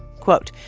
quote,